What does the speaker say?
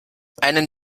einen